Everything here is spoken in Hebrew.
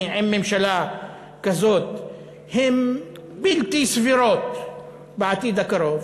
עם ממשלה כזאת הם בלתי סבירים בעתיד הקרוב,